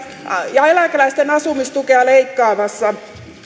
ja eläkeläisten asumistukea leikkaamassa